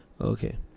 Okay